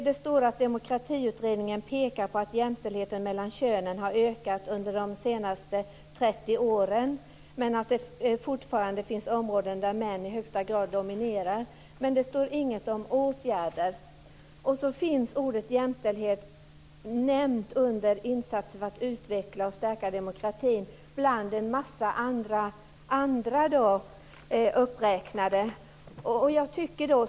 Det anförs vidare: "Demokratiutredningen pekar bl.a. på att jämställdheten mellan könen har ökat under de senaste trettio åren, även om det finns områden där män fortfarande i högsta grad dominerar." Det står dock ingenting om åtgärder. Ordet jämställdhet nämns också i samband med en massa andra uppräknade insatser för att utveckla och stärka demokratin.